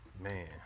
Man